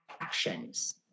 actions